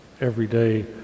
everyday